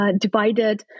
Divided